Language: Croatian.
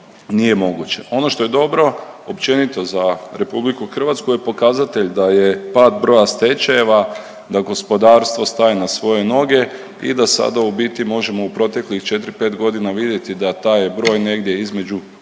Ono što je dobro općenito za RH je pokazatelj da je pad broja stečajeva, da gospodarstvo staje na svoje noge i da sada u biti možemo u proteklih 4, 5 godina vidjeti da taj broj negdje između